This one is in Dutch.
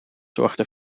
zorgde